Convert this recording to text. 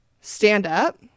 stand-up